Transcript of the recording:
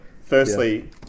Firstly